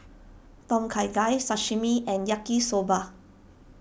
Tom Kha Gai Sashimi and Yaki Soba